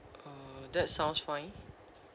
uh that sounds fine